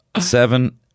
seven